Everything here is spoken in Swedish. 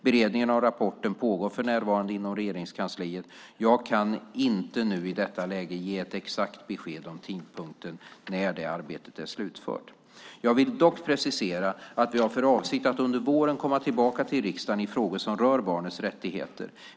Beredningen av rapporten pågår för närvarande inom Regeringskansliet. Jag kan inte nu i detta läge ge ett exakt besked om tidpunkten när det arbetet är slutfört. Jag vill dock precisera att vi har för avsikt att under våren komma tillbaka till riksdagen i frågor som rör barnets rättigheter.